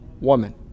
Woman